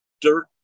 dirt